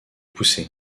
poussée